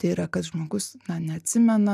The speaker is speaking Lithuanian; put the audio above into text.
tai yra kad žmogus na neatsimena